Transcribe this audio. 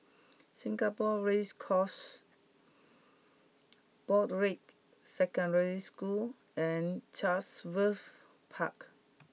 Singapore Race Course Broadrick Secondary School and Chatsworth Park